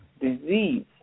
disease